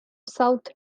south